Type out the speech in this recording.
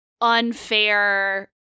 unfair